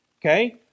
Okay